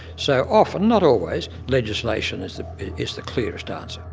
so, often, not always, legislation is ah is the clearest answer.